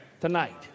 Tonight